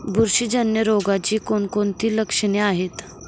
बुरशीजन्य रोगाची कोणकोणती लक्षणे आहेत?